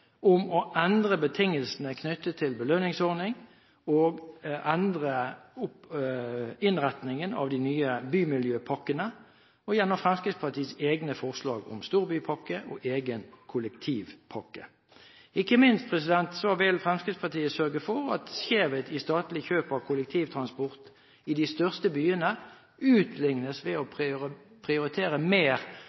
om å endre betingelsene knyttet til belønningsordning og endre innretningen av de nye bymiljøpakkene og gjennom Fremskrittspartiets egne forslag om storbypakke og egen kollektivpakke. Ikke minst vil Fremskrittspartiet sørge for at skjevhet i statlig kjøp av kollektivtransport i de største byene, utlignes ved å prioritere mer